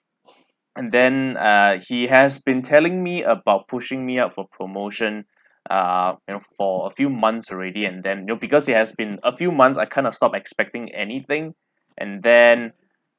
and then uh he has been telling me about pushing me up for promotion uh and for a few months already and then you know because it has been a few months I kind of stop expecting anything and then